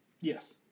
yes